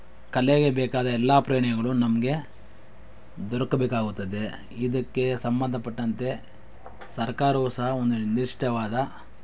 ಕಲೆಗೆ ಬೇಕಾದ ಎಲ್ಲ ನಮಗೆ ದೊರಕಬೇಕಾಗುತ್ತದೆ ಇದಕ್ಕೆ ಸಂಬಂಧಪಟ್ಟಂತೆ ಸರ್ಕಾರವು ಸಹ ಒಂದು ನಿರ್ದಿಷ್ಟವಾದ